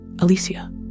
Alicia